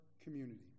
community